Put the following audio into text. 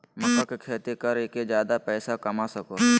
मक्का के खेती कर के ज्यादा पैसा कमा सको हो